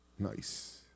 Nice